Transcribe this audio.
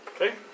Okay